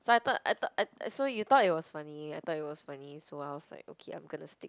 so I thought I thought I so you thought it was funny I thought it was funny so I was like okay I'm gonna stick